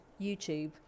youtube